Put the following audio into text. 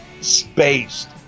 Spaced